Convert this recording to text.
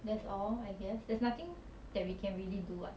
that's all I guess there's nothing that we can really do [what]